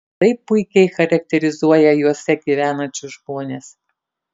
jie taip puikiai charakterizuoja juose gyvenančius žmones